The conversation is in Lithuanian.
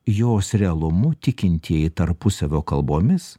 jos realumu tikintieji tarpusavio kalbomis